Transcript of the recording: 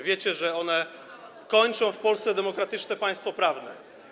Wiecie, że one kończą w Polsce demokratyczne państwo prawne.